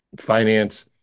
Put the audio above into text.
finance